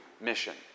mission